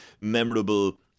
memorable